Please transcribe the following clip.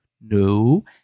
no